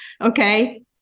okay